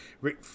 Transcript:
rick